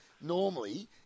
normally